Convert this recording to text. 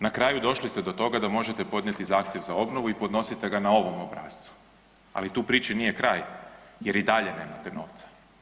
Na kraju došli ste do toga da možete podnijeti zahtjev za obnovu i podnosite ga na ovom obrascu, ali tu priči nije kraj jer i dalje nemate novca.